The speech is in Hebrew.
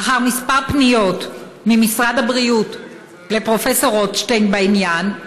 לאחר כמה פניות ממשרד הבריאות לפרופ' רוטשטיין בעניין,